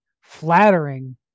flattering